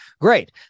great